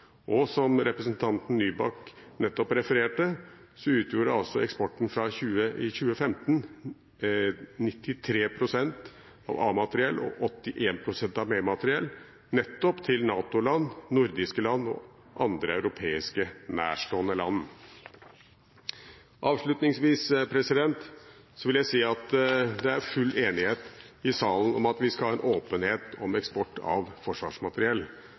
markeder. Som representanten Nybakk nettopp refererte til, utgjorde i 2015 93 pst. av eksporten A-materiell og 81 pst. B-materiell til NATO-land, de nordiske og andre europeiske nærstående land. Avslutningsvis vil jeg si at det er full enighet i salen om at vi skal ha åpenhet om eksport av forsvarsmateriell.